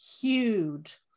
huge